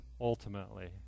ultimately